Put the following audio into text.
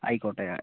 ആയിക്കോട്ടെ